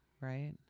right